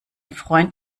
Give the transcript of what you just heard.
freund